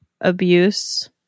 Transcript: abuse